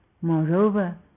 Moreover